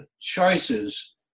choices